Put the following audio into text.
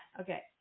Okay